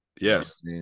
Yes